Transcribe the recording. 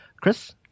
Chris